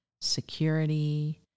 security